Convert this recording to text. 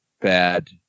bad